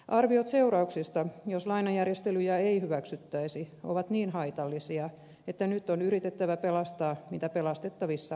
arviot seurauksista jos lainajärjestelyjä ei hyväksyttäisi ovat niin haitallisia että nyt on yritettävä pelastaa mitä pelastettavissa on